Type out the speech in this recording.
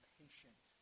patient